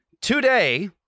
today